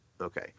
Okay